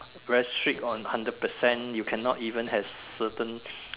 very strict on hundred percent you cannot even have certain